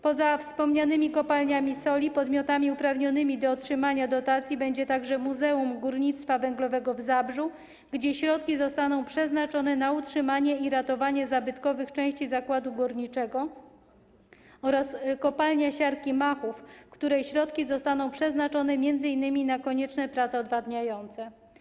Poza wspomnianymi kopalniami soli podmiotami uprawnionymi do otrzymania dotacji będą także Muzeum Górnictwa Węglowego w Zabrzu, gdzie środki zostaną przeznaczone na utrzymanie i ratowanie zabytkowych części zakładu górniczego, oraz Kopalnia Siarki Machów, gdzie środki zostaną przeznaczone m.in. na konieczne prace odwadniające.